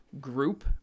group